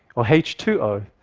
or h two o.